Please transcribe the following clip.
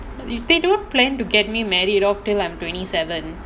if they don't plan to get me married off till I'm twenty seven